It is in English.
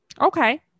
Okay